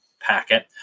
packet